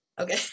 Okay